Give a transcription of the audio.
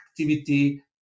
activity